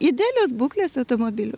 idealios būklės automobiliu